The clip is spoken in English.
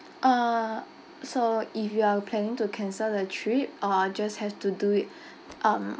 uh so if you are planning to cancel the trip uh just have to do it um